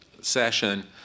session